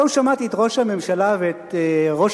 היום שמעתי את ראש הממשלה ואת ראש